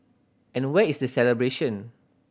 and where is the celebration